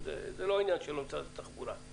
אבל לא שלח אפילו נציג של משרד התחבורה לדיון.